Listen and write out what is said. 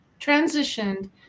transitioned